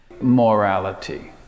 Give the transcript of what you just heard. Morality